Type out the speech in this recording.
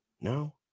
no